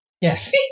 Yes